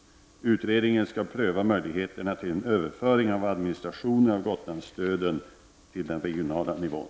Utredningen skall pröva möjligheterna till en överföring av administrationen av Gotlandsstöden till den regionala nivån.